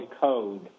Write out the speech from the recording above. code